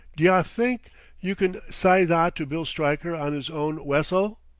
d'ye think you can sye that to bill stryker on is own wessel!